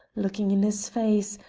looking in his face,